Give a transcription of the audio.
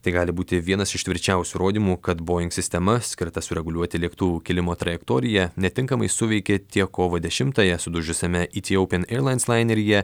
tai gali būti vienas iš tvirčiausių įrodymų kad boing sistema skirta sureguliuoti lėktuvų kilimo trajektoriją netinkamai suveikė tiek kovo dešimtąją sudužusiame itiaupian eirlains laineryje